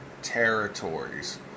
territories